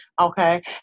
okay